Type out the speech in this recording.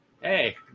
hey